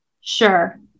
Sure